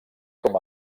com